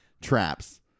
traps